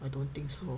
I don't think so